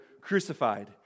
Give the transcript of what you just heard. crucified